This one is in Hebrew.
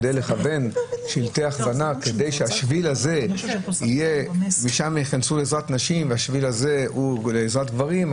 כדי שמהשביל הזה ייכנסו לעזרת נשים ומהשביל השני לעזרת גברים,